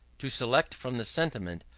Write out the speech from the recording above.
to select from the sentiment,